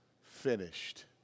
finished